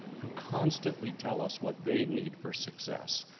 who constantly tell us what they need for success.